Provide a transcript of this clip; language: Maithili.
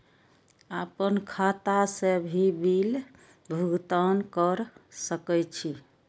आपन खाता से भी बिल भुगतान कर सके छी?